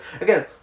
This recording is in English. Again